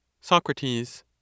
Socrates